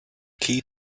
key